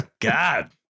God